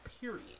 period